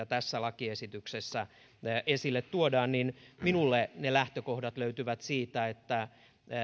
tässä lakiesityksessä esille tuodaan minulle ne lähtökohdat löytyvät siitä että